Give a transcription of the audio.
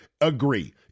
agree